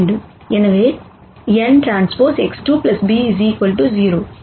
எனவே nTX2 b 0